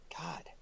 God